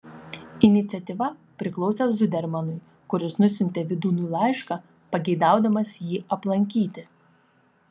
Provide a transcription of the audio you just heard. iniciatyva priklausė zudermanui kuris nusiuntė vydūnui laišką pageidaudamas jį aplankyti